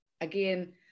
Again